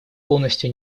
полностью